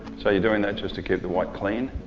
so you're doing that just to keep the white clean?